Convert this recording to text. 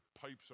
pipes